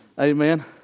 Amen